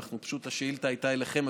פשוט השאילתה הייתה אליכם,